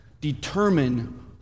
determine